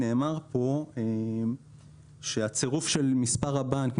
נאמר כאן שהצירוף של מספר הבנק,